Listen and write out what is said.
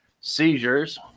seizures